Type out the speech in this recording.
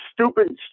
stupid